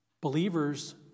Believers